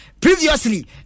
previously